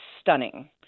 stunning